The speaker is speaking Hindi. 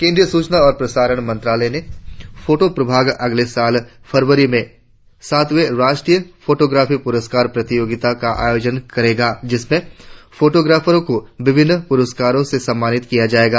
केंद्रीय सूचना और प्रसारण मंत्रालय का फोटो प्रभाग अगले साल फरवरी में सातवें राष्टीय फोटोग्राफी पुरस्कार प्रतियोगिता का आयोजन करेगा जिसमें फोटोग्राफरों को विभिन्न प्रस्कारों से सम्मानित किया जायेगा